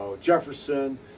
Jefferson